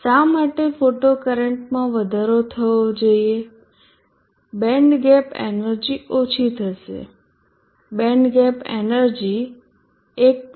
શા માટે ફોટો કરંટમાં વધારો થવો જોઈએ બેન્ડ ગેપ એનર્જી ઓછી થશે બેન્ડ ગેપ એનર્જી 1